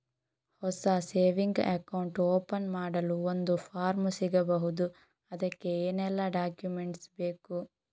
ಹೊಸ saving account open ಮಾಡಲು ಒಂದು ಫಾರ್ಮ್ ಸಿಗಬಹುದು? ಅದಕ್ಕೆ ಏನೆಲ್ಲಾ ಡಾಕ್ಯುಮೆಂಟ್ಸ್ ಬೇಕು?